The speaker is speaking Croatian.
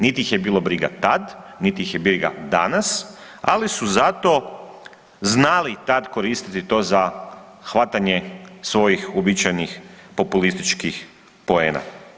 Nit ih je bilo briga tad, nit ih je briga danas, ali su zato znali tad koristiti to za hvatanje svojih uobičajenih populističkih poena.